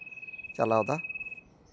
ᱪᱟᱞᱟᱣᱮᱫᱟ